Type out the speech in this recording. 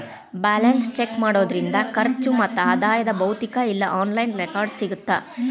balance check ಮಾಡೋದ್ರಿಂದ ಖರ್ಚು ಮತ್ತ ಆದಾಯದ್ ಭೌತಿಕ ಇಲ್ಲಾ ಆನ್ಲೈನ್ ರೆಕಾರ್ಡ್ಸ್ ಸಿಗತ್ತಾ